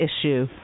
issue